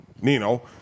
Nino